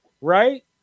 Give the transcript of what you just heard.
right